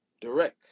direct